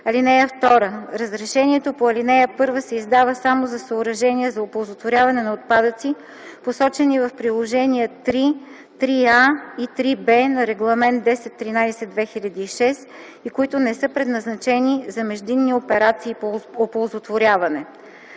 (2) Разрешението по ал. 1 се издава само за съоръжения за оползотворяване на отпадъци, посочени в приложения III, IIIA и IIIБ на Регламент 1013/2006, и които не са предназначени за междинни операции по оползотворяване.